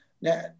Now